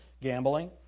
Gambling